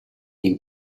нэг